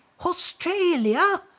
Australia